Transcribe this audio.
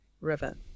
river